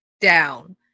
down